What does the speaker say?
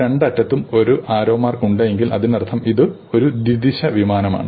രണ്ട് അറ്റത്തും ഒരു ആരോ മാർക്ക് ഉണ്ടെങ്കിൽ അതിനർത്ഥം ഇത് ഒരു ദ്വിദിശ വിമാനമാണ്